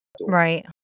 Right